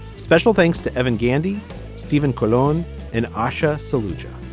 special thanks to evan gandy stephen cologne and asha solution.